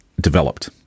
developed